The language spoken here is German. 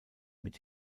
mit